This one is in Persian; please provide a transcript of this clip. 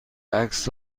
عکس